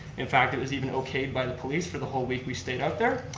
in fact it was even okayed by the police for the whole week we stayed up there.